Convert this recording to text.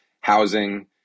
housing